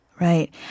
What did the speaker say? Right